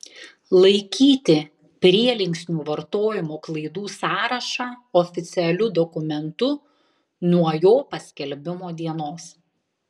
laikyti prielinksnių vartojimo klaidų sąrašą oficialiu dokumentu nuo jo paskelbimo dienos